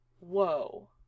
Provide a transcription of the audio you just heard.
whoa